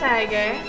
Tiger